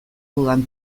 dudan